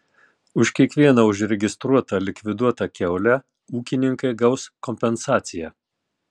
už kiekvieną užregistruotą likviduotą kiaulę ūkininkai gaus kompensaciją